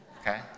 okay